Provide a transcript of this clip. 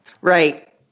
Right